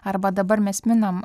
arba dabar mes minam